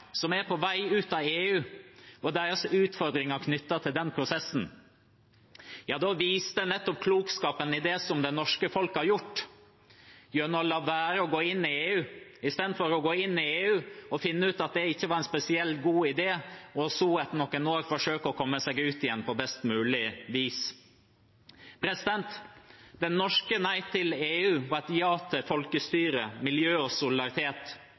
på vei ut av EU, og deres utfordringer knyttet til den prosessen, viser det nettopp klokskapen i det som det norske folk har gjort gjennom å la være å gå inn i EU istedenfor å gå inn i EU og finne ut at det ikke var en spesielt god idé, og så etter noen år forsøke å komme seg ut igjen på best mulig vis. Det norske nei til EU var et ja til folkestyre, miljø og solidaritet.